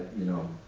you know,